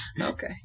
Okay